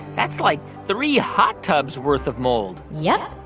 that's, like, three hot tubs' worth of mold yep.